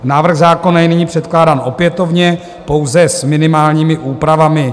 Návrh zákona je nyní předkládán opětovně, pouze s minimálními úpravami.